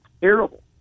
terrible